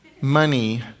money